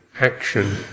action